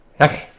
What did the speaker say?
Okay